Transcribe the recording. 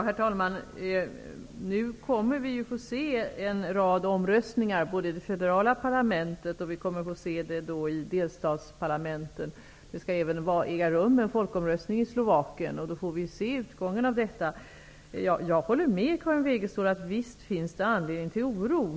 Herr talman! Nu kommer vi att få se en rad omröstningar i det federala parlamentet och delstatsparlamenten. Det skall även äga rum en folkomröstning i Slovakien. Då får vi se utgången av detta. Jag håller med Karin Wegestål om att det finns anledning till oro.